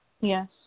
Yes